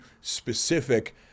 specific